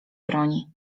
broni